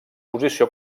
posició